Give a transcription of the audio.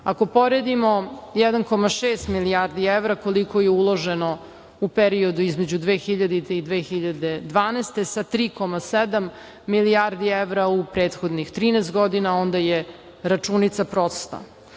Ako poredimo 1,6 milijardi evra, koliko je uloženo u periodu između 2000. i 2012. godine sa 3,7 milijardi evra u prethodnih 13 godina, onda je računica prosta.